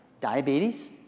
diabetes